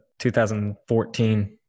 2014